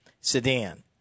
sedan